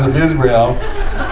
israel.